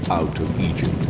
out of egypt.